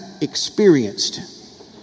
experienced